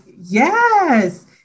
yes